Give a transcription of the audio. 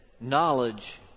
knowledge